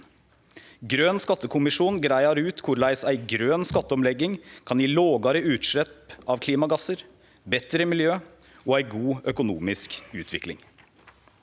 Grøn skattekommisjon greier ut korleis ei grøn skatteomlegging kan gi lågare utslepp av klimagassar, betre miljø og ei god økonomisk utvikling.